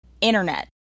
Internet